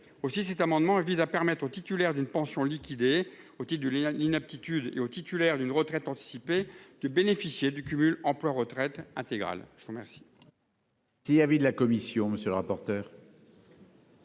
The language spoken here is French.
travail. Cet amendement vise à permettre aux titulaires d'une pension liquidée au titre de l'inaptitude et aux titulaires d'une retraite anticipée de bénéficier du cumul emploi-retraite intégral. Quel